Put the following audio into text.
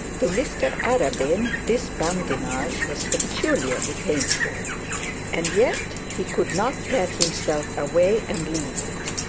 to mr arabin this badinage was peculiarly painful and yet he could not tear himself away and leave it.